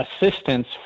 assistance